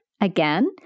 again